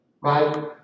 Right